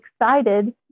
excited